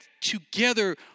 together